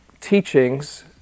teachings